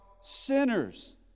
sinners